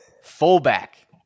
fullback